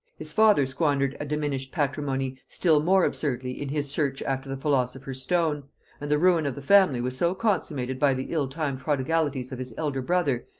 his father squandered a diminished patrimony still more absurdly in his search after the philosopher's stone and the ruin of the family was so consummated by the ill-timed prodigalities of his elder brother,